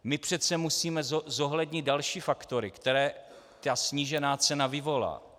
My přece musíme zohlednit další faktory, které ta snížená cena vyvolá.